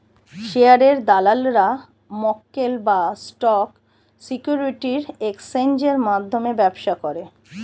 শেয়ারের দালালরা মক্কেল বা স্টক সিকিউরিটির এক্সচেঞ্জের মধ্যে ব্যবসা করে